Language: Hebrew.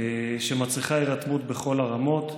שמצריכה הירתמות בכל הרמות.